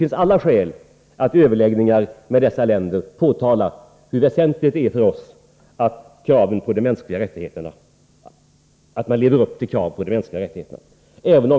Vi har alla skäl att i överläggningar med samarbetsländer påtala hur väsentligt det är för oss att man försöker tillgodose de mänskliga rättigheterna.